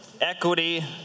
equity